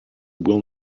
will